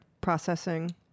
processing